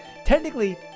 Technically